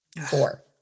Four